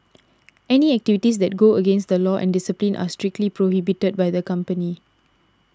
any activities that go against the law and discipline are strictly prohibited by the company